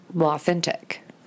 authentic